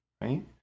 right